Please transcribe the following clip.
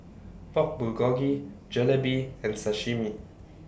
Pork Bulgogi Jalebi and Sashimi